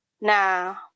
now